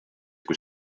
kui